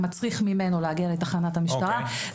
זה מצריך ממנו להגיע לתחנת המשטרה,